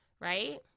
Right